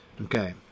Okay